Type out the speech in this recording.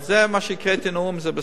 מה שהקראתי בנאום, זה בסדר,